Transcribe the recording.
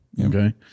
Okay